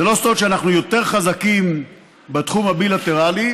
זה לא סוד שאנחנו יותר חזקים בתחום הבילטרלי,